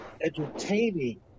entertaining